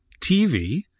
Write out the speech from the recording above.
TV